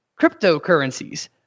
cryptocurrencies